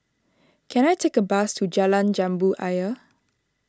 can I take a bus to Jalan Jambu Ayer